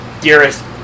dearest